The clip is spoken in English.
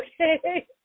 Okay